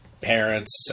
parents